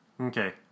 Okay